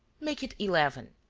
make it eleven.